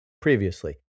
previously